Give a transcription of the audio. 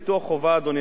אדוני היושב-ראש,